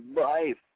life